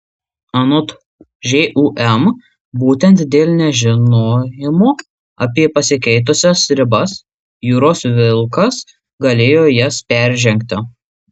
anot žūm būtent dėl nežinojimo apie pasikeitusias ribas jūros vilkas galėjo jas peržengti